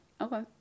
Okay